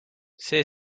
see